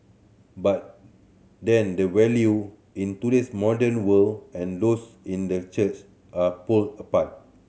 but then the value in today's modern world and those in the church are pole apart